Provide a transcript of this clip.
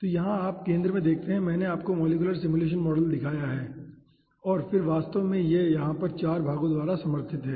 तो यहाँ आप केंद्र में देखते हैं मैंने आपको मॉलिक्यूलर सिमुलेशन मॉडल दिखाया है ठीक है और फिर यह वास्तव में यहाँ पर 4 भागों द्वारा समर्थित है